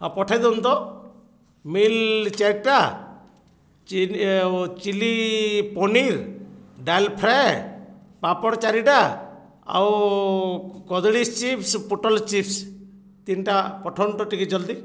ଆଉ ପଠାଇ ଦିଅନ୍ତୁ ତ ମିଲ୍ ଚାରିଟା ଚିନ ଚିଲି ପନିର ଡାଲ ଫ୍ରାଏ ପାପଡ଼ ଚାରିଟା ଆଉ କଦଳୀ ଚିପସ୍ ପୋଟଲ ଚିପସ୍ ତିନିଟା ପଠନ୍ତୁ ଟିକେ ଜଲ୍ଦି